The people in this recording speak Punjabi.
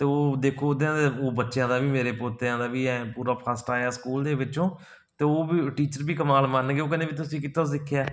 ਅਤੇ ਉਹ ਦੇਖੋ ਬੱਚਿਆਂ ਦਾ ਵੀ ਮੇਰੇ ਪੋਤਿਆਂ ਦਾ ਵੀ ਐਂ ਪੂਰਾ ਫਸਟ ਆਇਆ ਸਕੂਲ ਦੇ ਵਿੱਚੋਂ ਅਤੇ ਉਹ ਵੀ ਟੀਚਰ ਵੀ ਕਮਾਲ ਮੰਨ ਗਏ ਉਹ ਕਹਿੰਦੇ ਵੀ ਤੁਸੀਂ ਕੀਤਾ ਸਿੱਖਿਆ